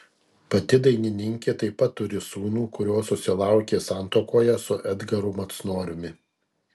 pati dainininkė taip pat turi sūnų kurio susilaukė santuokoje su edgaru macnoriumi